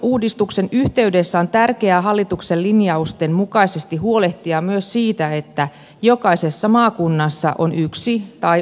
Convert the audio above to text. toimilupauudistuksen yhteydessä on tärkeää hallituksen linjausten mukaisesti huolehtia myös siitä että jokaisessa maakunnassa on yksi tai useampi korkeakoulu